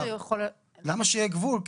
למה שיהיה גבול?